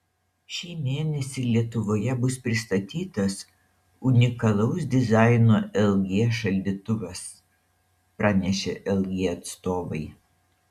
šį mėnesį lietuvoje bus pristatytas unikalaus dizaino lg šaldytuvas pranešė lg atstovai